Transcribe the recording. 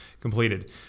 completed